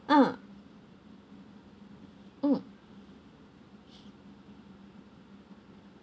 ah mm